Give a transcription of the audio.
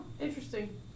interesting